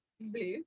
Blue